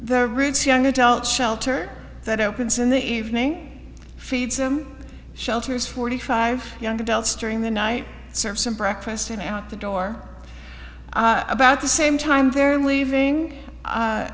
their roots young adult shelter that opens in the evening feeds them shelters forty five young adults during the night serve some breakfast in out the door about the same time they're leaving